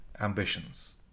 ambitions